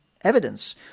evidence